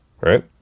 right